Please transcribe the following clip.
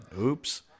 Oops